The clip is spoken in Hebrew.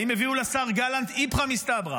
האם הביאו לשר גלנט "איפכא מסתברא",